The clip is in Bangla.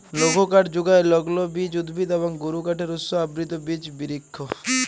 লঘুকাঠ যুগায় লগ্লবীজ উদ্ভিদ এবং গুরুকাঠের উৎস আবৃত বিচ বিরিক্ষ